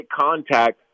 contact